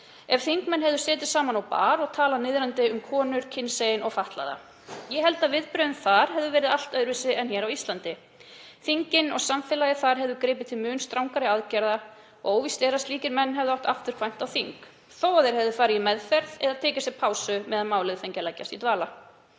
ef þingmenn hefðu setið saman á bar og talað niðrandi um konur, kynsegin og fatlaða. Ég held að viðbrögðin þar hefðu verið allt öðruvísi en á Íslandi. Þingin og samfélagið þar hefði gripið til mun strangari aðgerða. Óvíst er að slíkir menn hefðu átt afturkvæmt á þing þó að þeir hefðu farið í meðferð eða tekið sér pásu meðan málið hefði fengið að leggjast í dvala.